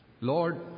Lord